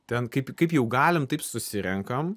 ten kaip kaip jau galim taip susirenkam